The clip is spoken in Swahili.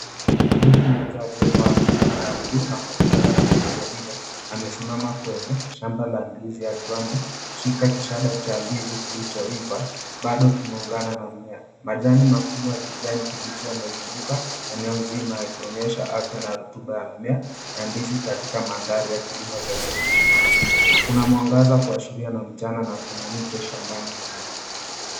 Mtu mmoja aliyevalia fulana ya buluu na kofia ya rangi ile ile amesimama kwa shamba la ndizi akiwa amekishada cha ndizi kilichoiva bado imeungana na mmea, majani makubwa ya kijani kibichi yamezunguka eneo mzima yakionyesha afya na rotuba ya mmea nandizi katika kilimo, kuna mwangaza kuashiria ni mchana na kuna mche shambani humo.